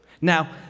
Now